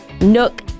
nook